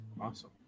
Awesome